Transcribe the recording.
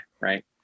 Right